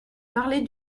parler